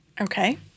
Okay